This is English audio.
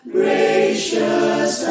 gracious